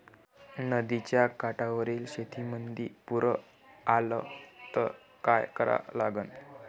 नदीच्या काठावरील शेतीमंदी पूर आला त का करा लागन?